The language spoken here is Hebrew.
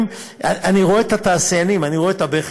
ואני רואה את התעשיינים, אני רואה את הבכי,